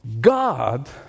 God